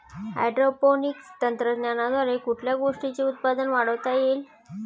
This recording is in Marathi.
हायड्रोपोनिक्स तंत्रज्ञानाद्वारे कुठल्या गोष्टीचे उत्पादन वाढवता येईल?